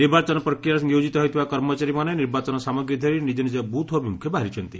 ନିର୍ବାଚନ ପ୍ରକ୍ରିୟାରେ ନିୟୋକିତ ହୋଇଥିବା କର୍ମଚାରୀମାନେ ନିର୍ବାଚନ ସାମଗ୍ରୀ ଧରି ନିଜ ନିଜ ବୁଥ୍ ଅଭିମୁଖେ ବାହାରିଛନ୍ତି